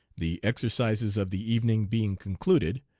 the exercises of the evening being concluded,